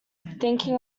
thinking